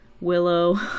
Willow